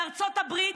בארצות הברית,